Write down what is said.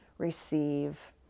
receive